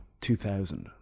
2000